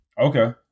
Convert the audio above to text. okay